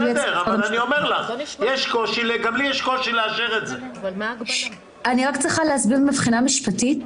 גם לי יש קושי לאשר את זה אני רק צריכה להסביר מבחינה משפטית